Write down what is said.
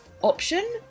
option